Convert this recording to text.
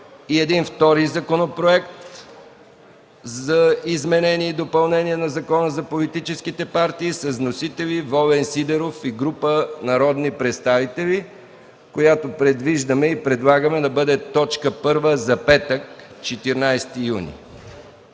и един втори Законопроект за изменение и допълнение на Закона за политическите партии с вносители Волен Сидеров и група народни представители, която предвиждаме и предлагаме да бъде точка първа за петък – 14 юни.